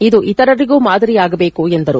ಇದು ಇತರರಿಗೂ ಮಾದರಿಯಾಗಬೇಕು ಎಂದರು